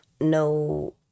no